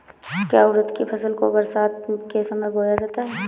क्या उड़द की फसल को बरसात के समय बोया जाता है?